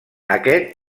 aquest